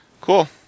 Cool